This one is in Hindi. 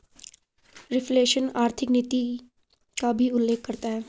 रिफ्लेशन आर्थिक नीति का भी उल्लेख करता है